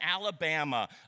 Alabama